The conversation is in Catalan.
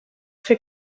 fer